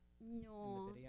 No